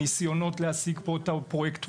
בניסיונות להשיג את פרויקט וואטסאפ,